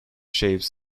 shapes